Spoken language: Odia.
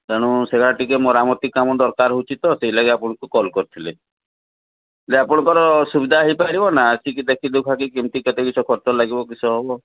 ତେଣୁ ସେଇଟା ଟିକିଏ ମରାମତି କାମ ଦରକାର ହେଉଛି ତ ସେଇଲାଗି ଆପଣଙ୍କୁ କଲ୍ କରିଥିଲି ଯେ ଆପଣଙ୍କର ସୁବିଧା ହେଇପାରିବ ନା ଟିକିଏ ଦେଖି ଦୁଖାକି କେମିତି କେତେ କିସ ଖର୍ଚ୍ଚ ଲାଗିବ କିସ ହେବ